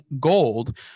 gold